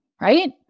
right